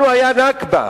לנו היה "נכבה"